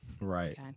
Right